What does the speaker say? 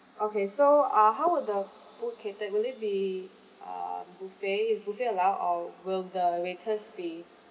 okay so uh how would the food catered would it be uh buffet is buffet allowed or will the waiters be